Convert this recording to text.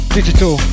Digital